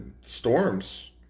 storms